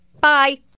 Bye